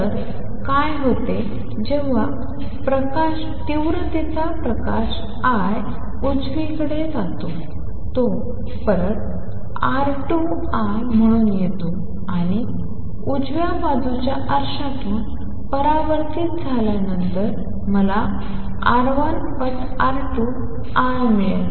तर काय होते जेव्हा तीव्रतेचा प्रकाश I उजवीकडे जातो तो परत R2 I म्हणून येतो आणि उजव्या बाजूच्या आरशातून परावर्तित झाल्यानंतर मला R1 पट R2 पट I मिळते